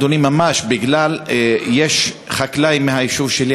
יש חקלאי מהיישוב שלי,